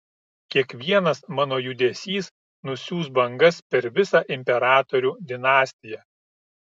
kiekvienas mano judesys nusiųs bangas per visą imperatorių dinastiją